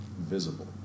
visible